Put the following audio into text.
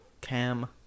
Cam